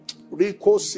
Rico